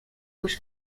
już